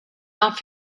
not